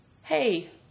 hey